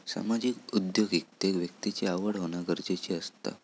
सामाजिक उद्योगिकतेत व्यक्तिची आवड होना गरजेचा असता